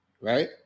Right